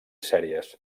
sèries